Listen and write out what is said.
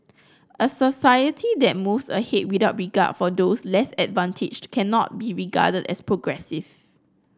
a society that moves ahead without regard for those less advantaged cannot be regarded as progressive